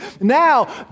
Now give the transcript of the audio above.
now